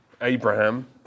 Abraham